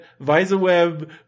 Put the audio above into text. VisaWeb